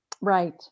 Right